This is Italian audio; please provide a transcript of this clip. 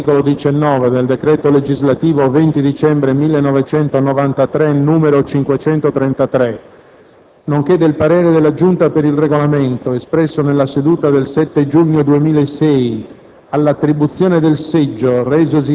che, occorrendo provvedere, ai sensi dell'articolo 19 del decreto legislativo 20 dicembre 1993, n. 533, nonché del parere della Giunta per il Regolamento espresso nella seduta del 7 giugno 2006,